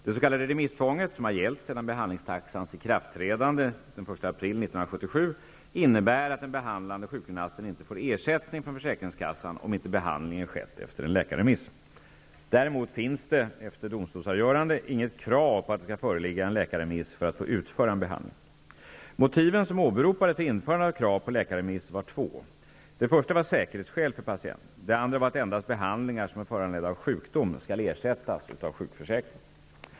Det s.k. remisstvånget, som har gällt sedan behandlingstaxans ikraftträdande den 1 april 1977, innebär att den behandlande sjukgymnasten inte får ersättning från försäkringskassan om inte behandlingen skett efter en läkarremiss. Däremot finns efter domstolsavgörande inget krav på att det skall föreligga en läkarremiss för att få utföra en behandling. Motiven som åberopades för införandet av krav på läkarremiss var två. Det första var säkerhetsskäl för patienten. Det andra var att endast behandlingar som är föranledda av sjukdom skall ersättas av sjukförsäkringen.